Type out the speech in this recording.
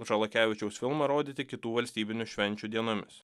žalakevičiaus filmą rodyti kitų valstybinių švenčių dienomis